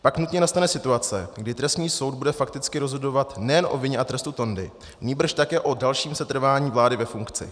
Pak nutně nastane situace, kdy trestní soud bude fakticky rozhodovat nejen o vině a trestu Tondy, nýbrž také o dalším setrvání vlády ve funkci.